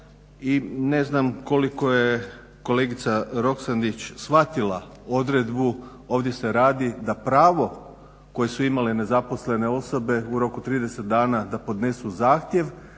i ne znam koliko je kolegica Roksandić shvatila odredbu, ovdje se radi da pravo koje su imale nezaposlene osobe u roku 30 dana da podnesu zahtjev,